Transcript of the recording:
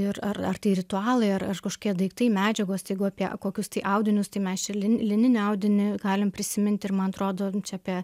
ir ar ar tai ritualai ar ar kažkokie daiktai medžiagos jeigu apie kokius tai audinius tai mes čia lin lininį audinį galim prisiminti ir man atrodo čia apie